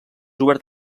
obert